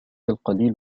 القليل